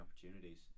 opportunities